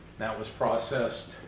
that was processed,